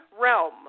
realm